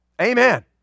Amen